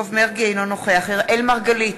אינו נוכח אראל מרגלית,